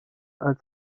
als